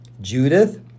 Judith